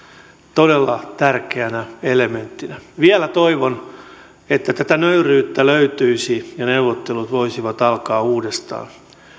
todella tärkeänä elementtinä vielä toivon että tätä nöyryyttä löytyisi ja neuvottelut voisivat alkaa uudestaan